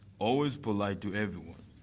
always polite to everyone.